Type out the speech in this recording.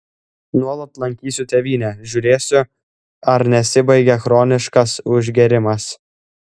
nuolat lankysiu tėvynę žiūrėsiu ar nesibaigia chroniškas užgėrimas